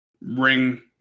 ring